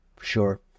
Sure